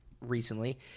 recently